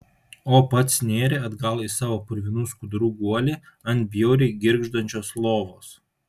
o pats nėrė atgal į savo purvinų skudurų guolį ant bjauriai girgždančios lovos